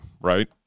right